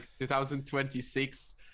2026